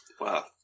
Wow